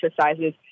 exercises